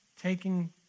taking